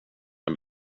jag